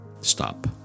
stop